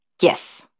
Yes